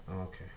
Okay